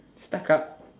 stuck up